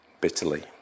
bitterly